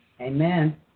Amen